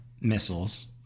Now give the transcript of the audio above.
missiles